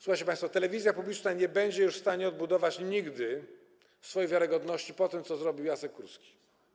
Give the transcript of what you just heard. Słuchajcie państwo, telewizja publiczna nie będzie już w stanie odbudować nigdy swojej wiarygodności po tym, co zrobił Jacek Kurski.